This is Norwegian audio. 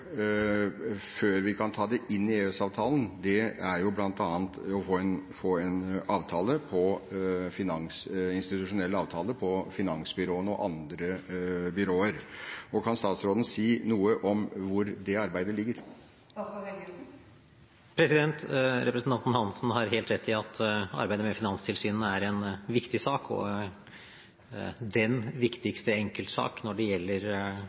før vi kan ta det inn i EØS-avtalen, er bl.a. å få en institusjonell avtale om finansbyråene og andre byråer. Kan statsråden si noe om hvor det arbeidet ligger? Representanten Hansen har helt rett i at arbeidet med finanstilsynene er en viktig sak og den viktigste enkeltsak når det gjelder